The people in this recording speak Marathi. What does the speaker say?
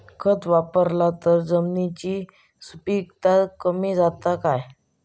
खत वापरला तर जमिनीची सुपीकता कमी जाता काय?